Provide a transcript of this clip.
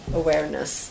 awareness